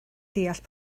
deall